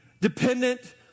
dependent